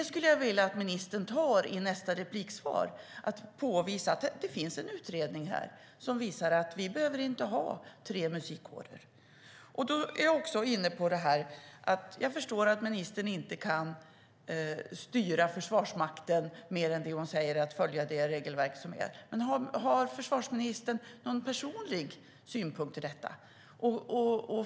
Jag skulle vilja att ministern tar upp det i nästa svar och påvisar att det finns en utredning som visar att vi inte behöver ha tre musikkårer. Jag förstår att ministern inte kan styra Försvarsmakten mer än att de ska följa det regelverk som gäller, men har försvarsministern någon personlig synpunkt i frågan?